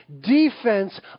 defense